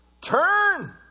Turn